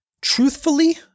truthfully